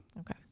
Okay